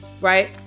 right